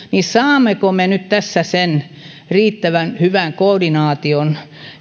saammeko me tässä sen riittävän hyvän koordinaation